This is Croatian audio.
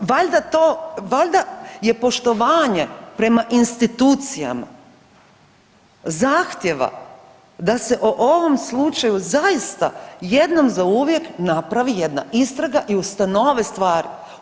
Pa valjda to, valjda je poštovanje prema institucijama zahtjeva da se o ovom slučaju zaista jednom zauvijek napravi jedna istraga i ustanove stvari.